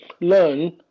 learn